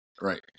Right